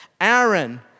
Aaron